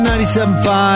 97.5